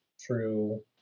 true